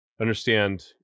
understand